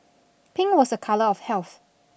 pink was a colour of health